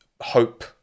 hope